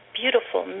beautiful